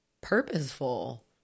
purposeful